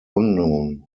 unknown